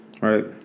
right